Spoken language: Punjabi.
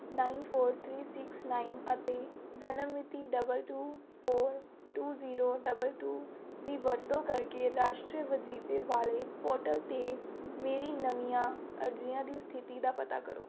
nine four three six nine ਅਤੇ ਜਨਮ ਮਿਤੀ double two four two zero double two ਦੀ ਵਰਤੋਂ ਕਰਕੇ ਰਾਸ਼ਟਰੀ ਵਜੀਫੇ ਵਾਲੇ ਪੋਰਟਲ 'ਤੇ ਮੇਰੀ ਨਵੀਆਂ ਅਰਜ਼ੀਆਂ ਦੀ ਸਥਿਤੀ ਦਾ ਪਤਾ ਕਰੋ